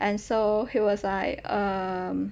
and so he was like um